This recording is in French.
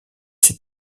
ses